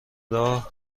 راه